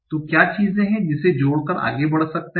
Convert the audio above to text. तो क्या चीजें हैं जिसे जोड़ कर आगे बढ़ सकते है